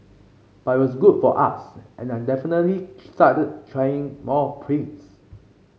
but it was good for us and I definitely started trying more prints